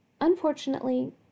Unfortunately